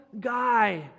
guy